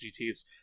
GTs